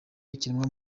ikiremwa